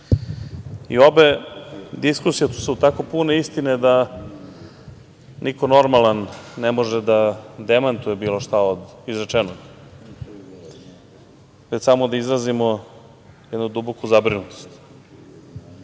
Obe diskusije su tako pune istine, da niko normalan ne može da demantuje bilo šta od izrečenog, već samo da izrazimo duboku zabrinutost. Ja